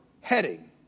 heading